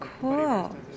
Cool